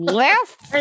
left